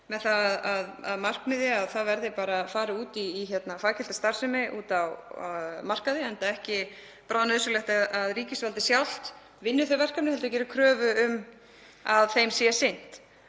með það að markmiði að það verði bara farið út í faggilda starfsemi út á markaði, enda ekki bráðnauðsynlegt að ríkisvaldið sjálft vinni þau verkefni heldur geri kröfu um að þeim sé sinnt.